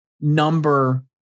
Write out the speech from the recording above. number